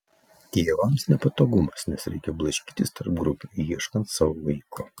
tėvams nepatogumas nes reikia blaškytis tarp grupių ieškant savo vaiko